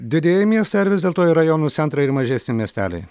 didieji miestai ar vis dėlto ir rajonų centrai ir mažesni miesteliai